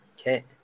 Okay